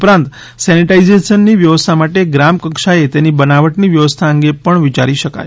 ઉપરાંત સેનિટાઇઝેશનની વ્યવસ્થા માટે ગ્રામકક્ષાએ તેની બનાવટની વ્યવસ્થા અંગે પણ વિચારી શકાય